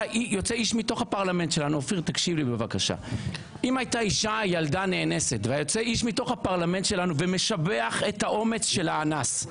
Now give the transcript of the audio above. איש מתוך הפרלמנט שלנו ומשבח את האומץ של האנס,